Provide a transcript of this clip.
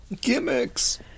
Gimmicks